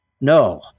No